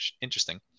interesting